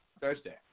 Thursday